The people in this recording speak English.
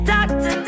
Doctor